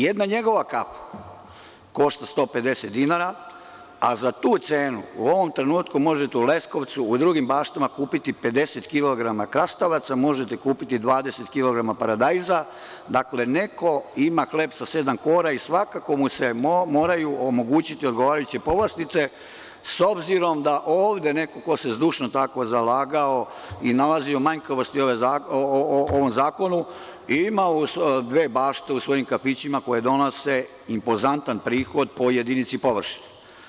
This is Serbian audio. Jedna njegova kafa košta 150 dinara, a za tu cenu u ovom trenutku možete u Leskovcu, u drugim baštama kupiti 50 kilograma krastavaca, možete kupiti 20 kilograma paradajza, dakle, neko ima hleb sa sedam kora i svakako mu se moraju omogućiti odgovarajuće povlastice, s obzirom da ovde neko ko zdušno tako zalagao i nalazio manjkavosti u ovom zakonu ima dve bašte u svojim kafićima koje donose impozantan prihod po jedinici površine.